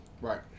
Right